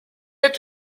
est